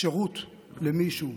שירות למישהו,